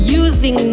using